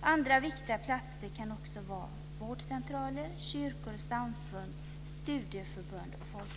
Andra viktiga platser kan vara vårdcentraler, kyrkor och samfund, studieförbund och folkrörelser.